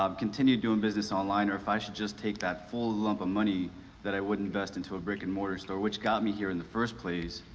um continue doing business online, or if i should just take that full lump of money that i would invest into a brick-and-mortar store, which got me here in the first place,